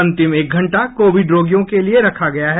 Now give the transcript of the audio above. अंतिम एक घंटा कोविड रोगियों के लिए रखा गया है